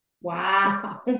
Wow